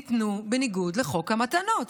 ניתן בניגוד לחוק המתנות.